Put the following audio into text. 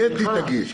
קטי תגיש.